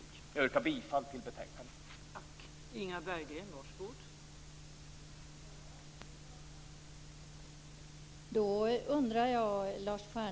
Jag yrkar bifall till utskottets hemställan i betänkandet.